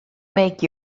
make